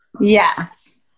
yes